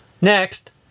Next